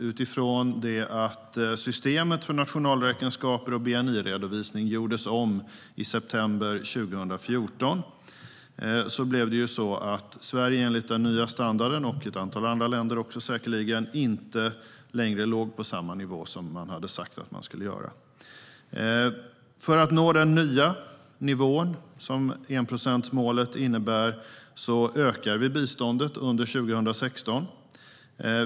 Utifrån att systemet för nationalräkenskaper och bni-redovisning gjordes om i september 2014 blev det så att Sverige, och säkerligen också ett antal andra länder, inte längre låg på samma nivå som man hade sagt att man skulle göra. För att nå den nya nivån som enprocentsmålet innebär ökar vi biståndet under 2016.